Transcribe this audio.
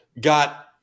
got